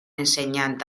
ensenyant